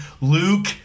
luke